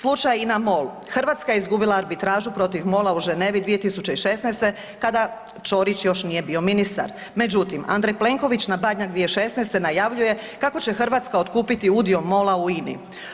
Slučaj INA-MOL, Hrvatska je izgubila arbitražu protiv MOL-a u Ženevi 2016. kada Ćorić još nije bio ministar, međutim Andrej Plenković na Badnjak 2016. najavljuje kako će Hrvatska otkupiti udio MOL-a u INA-i.